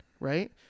Right